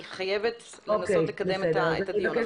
אני חייבת לנסות לקדם את הדיון.